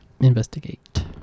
Investigate